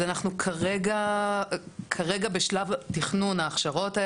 אנחנו כרגע בשלב תכנון ההכשרות.